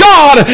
God